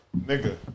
Nigga